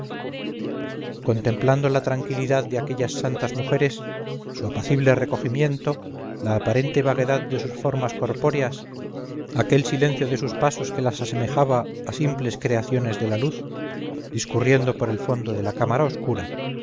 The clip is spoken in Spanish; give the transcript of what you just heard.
contemplando la tranquilidad de aquellas santas mujeres su apacible recogimiento la aparente vaguedad de sus formas corpóreas aquel silencio de sus pasos que las asemejaba a simples creaciones de la luz discurriendo por el fondo de la cámara oscura